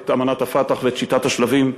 את אמנת ה"פתח" ואת שיטת השלבים,